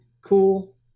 cool